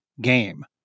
game